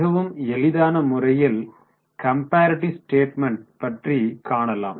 மிகவும் எளிதான முறையில் கம்பாரிட்டிவ் ஸ்டேட்மென்ட் பற்றி காணலாம்